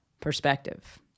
perspective